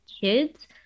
kids